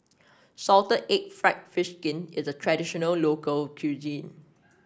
Salted Egg fried fish skin is a traditional local cuisine